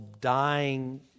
dying